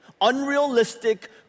unrealistic